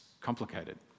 complicated